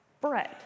bread